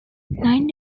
nine